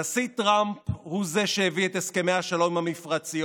הנשיא טראמפ הוא שהביא את הסכמי השלום עם המפרציות,